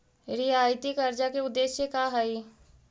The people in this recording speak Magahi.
रियायती कर्जा के उदेश्य का हई?